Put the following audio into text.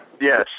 Yes